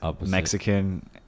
Mexican